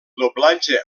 doblatge